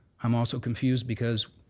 i'm also confused because